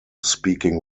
speaking